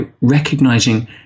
recognizing